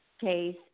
case